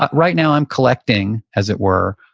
but right now i'm collecting as it were,